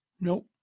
Nope